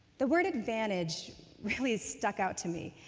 the word advantage really stuck out to me,